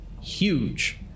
huge